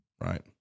right